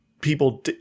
people